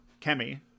kemi